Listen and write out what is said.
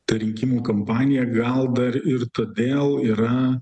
ta rinkimų kampanija gal dar ir todėl yra